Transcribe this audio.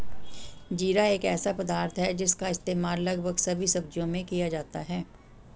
जीरा एक ऐसा पदार्थ है जिसका इस्तेमाल लगभग सभी सब्जियों में किया जाता है